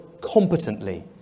competently